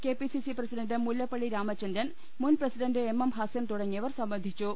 K P C C president Mullappally Ramachandran മുൻ president M M Hasan തുട ങ്ങിയവർ സംബന്ധിച്ചു